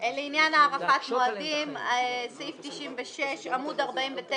לעניין הארכת מועדים, סעיף 96, עמוד 49